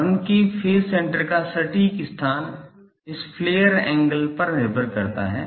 horn के phase centre का सटीक स्थान इस फ्लेयर एंगल पर निर्भर करता है